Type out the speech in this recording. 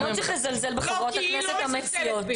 לא צריך לזלזל בחברות הכנסת המציעות.